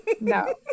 no